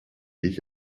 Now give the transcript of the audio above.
ich